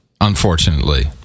unfortunately